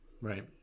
right